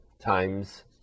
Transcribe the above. times